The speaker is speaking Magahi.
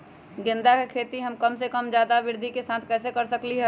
गेंदा के खेती हम कम जगह में ज्यादा वृद्धि के साथ कैसे कर सकली ह?